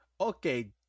okay